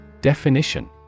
Definition